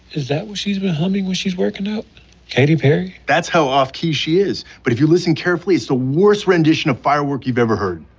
is that what she's been humming when she's working out katy perry? that's how off-key she is. but if you listen carefully, it's the worst rendition of firework you've ever heard